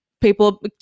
people